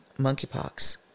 monkeypox